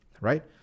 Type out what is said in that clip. Right